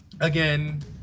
again